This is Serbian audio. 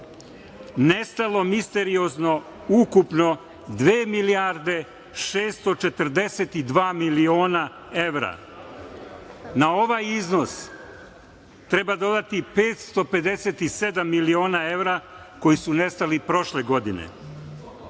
nestalo misteriozno ukupno dve milijarde 642 miliona evra. Na ovaj iznos treba dodati 557 miliona evra koji su nestali prošle godine.